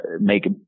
make